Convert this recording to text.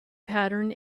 pattern